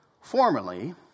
Formerly